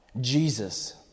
Jesus